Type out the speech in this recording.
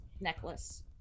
necklace